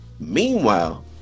Meanwhile